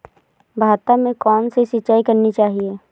भाता में कौन सी सिंचाई करनी चाहिये?